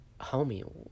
homie